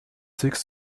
six